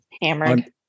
hammered